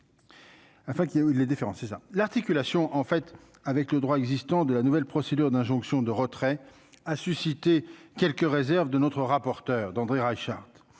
l'articulation en fait avec le droit existant de la nouvelle procédure d'injonction de retrait a suscité quelques réserves de notre rapporteur d'André Reichardt,